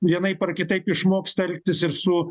vienaip ar kitaip išmoksta elgtis ir su